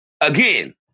again